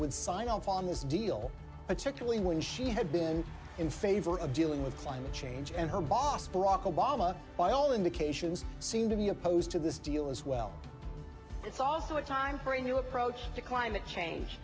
would sign off on this deal particularly when she had been in favor of dealing with climate change and her boss barack obama by all indications seem to be opposed to this deal as well it's also a time for a new approach to climate change